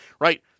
right